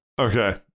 Okay